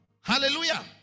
hallelujah